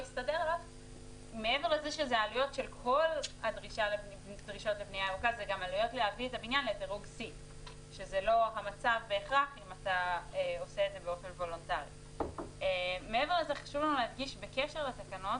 F. מעבר לזה, חשוב לנו להדגיש בקשר לתקנות,